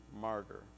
martyr